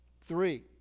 Three